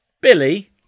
Billy